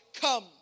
come